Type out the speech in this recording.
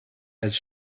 als